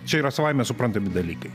čia yra savaime suprantami dalykai